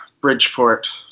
Bridgeport